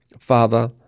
Father